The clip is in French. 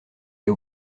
les